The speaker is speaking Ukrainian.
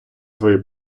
свої